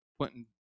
putting